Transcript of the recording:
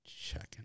checking